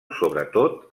sobretot